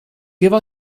give